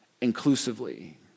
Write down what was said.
inclusively